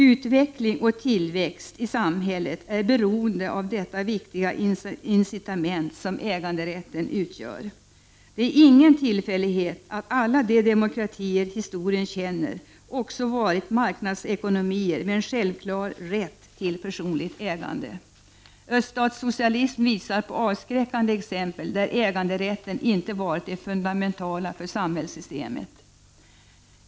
Utveckling och tillväxt i samhället är beroende av det viktiga incitament som äganderätten utgör. Det är inte någon tillfällighet att alla de demokratier historien känner också har varit marknadsekonomier med en självklar rätt till personligt ägande. Öststatssocialismen visar på avskräckande exempel, där äganderätten inte varit det fundamentala för samhällssystemet.